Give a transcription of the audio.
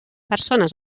persones